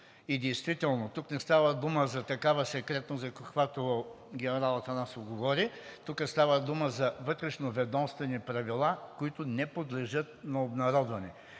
и действително тук не става дума за такава секретност, за каквато генерал Атанасов говори, тук става дума за вътрешноведомствени правила, които не подлежат на обнародване.